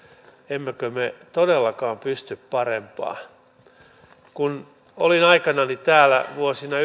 emmekö me todellakaan pysty parempaan kun olin aikanani täällä vuosina